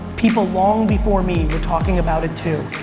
people long before me were talking about it too.